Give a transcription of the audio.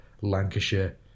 Lancashire